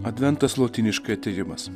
adventas lotyniškai atėjimas